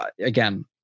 again